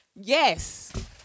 yes